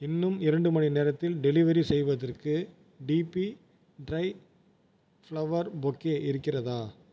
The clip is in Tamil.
இன்னும் இரண்டு மணி நேரத்தில் டெலிவரி செய்வதற்கு டிபி டிரை ஃபிளவர் பொக்கே இருக்கிறதா